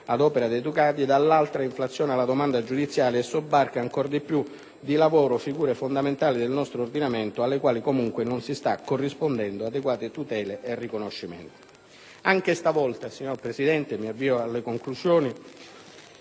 ad opera dei togati, dall'altra inflaziona la domanda giudiziale e sobbarca ancor più di lavoro figure fondamentali del nostro ordinamento alle quali, comunque, non si stanno corrispondendo adeguate tutele e riconoscimenti. Anche stavolta immancabile costante